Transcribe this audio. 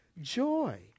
joy